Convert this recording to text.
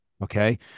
Okay